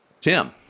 Tim